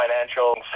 financial